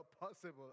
possible